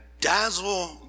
dazzle